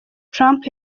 trump